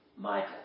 Michael